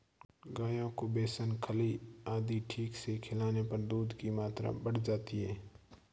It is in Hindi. गायों को बेसन खल्ली आदि ठीक से खिलाने पर दूध की मात्रा बढ़ जाती है